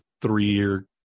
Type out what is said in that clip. three-year